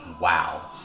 Wow